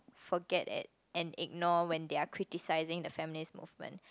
forget at and ignore when they are criticizing the feminist movement